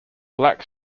black